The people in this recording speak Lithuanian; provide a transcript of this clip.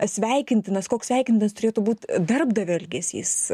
sveikintinas koks sveikintas turėtų būt darbdavio elgesys